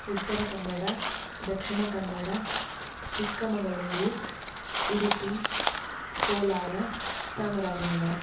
Uttara Kannada Dakshina Kannada Chikkamagaluru Udupi Kolar Chamarajanagaram